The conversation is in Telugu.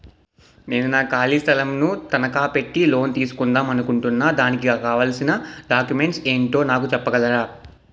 నేను నా ఖాళీ స్థలం ను తనకా పెట్టి లోన్ తీసుకుందాం అనుకుంటున్నా దానికి కావాల్సిన డాక్యుమెంట్స్ ఏంటో నాకు చెప్పగలరా?